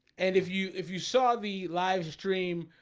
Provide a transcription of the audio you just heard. and if you if you saw the livestream